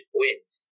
wins